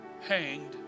hanged